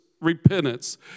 repentance